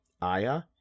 Aya